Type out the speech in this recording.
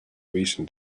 reason